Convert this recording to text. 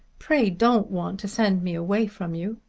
pray don't want to send me away from you.